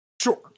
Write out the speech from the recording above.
Sure